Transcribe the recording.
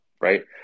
right